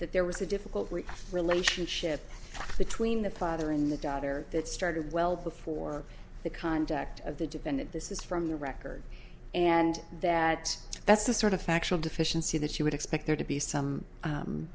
that there was a difficult relationship between the father in the daughter that started well before the conduct of the defendant this is from the record and that that's the sort of factual deficiency that you would expect there to be some